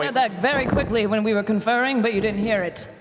ah that very quickly when we were conferring, but you didn't hear it.